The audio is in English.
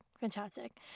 Fantastic